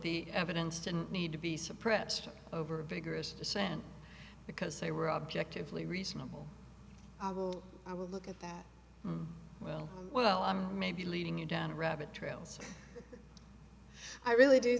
the evidence didn't need to be suppressed over a vigorous dissent because they were objectively reasonable i would look at that well well i'm maybe leading you down a rabbit trails i really do